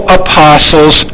apostles